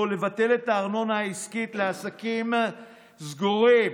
לבטל את הארנונה העסקית לעסקים סגורים